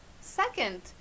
Second